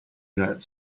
united